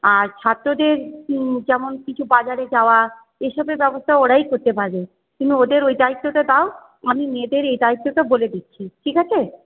আর ছাত্রদের যেমন কিছু বাজারে যাওয়া এসবের ব্যবস্থা ওরাই করতে পারবে তুমি ওদের ওই দায়িত্বটা দাও আমি মেয়েদের এই দায়িত্বটা বলে দিচ্ছি ঠিক আছে